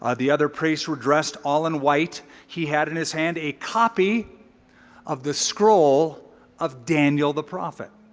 ah the other priests were dressed all in white. he had in his hand a copy of the scroll of daniel the prophet.